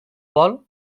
vol